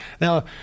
Now